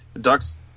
Ducks